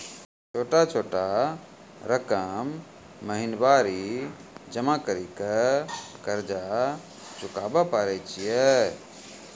छोटा छोटा रकम महीनवारी जमा करि के कर्जा चुकाबै परए छियै?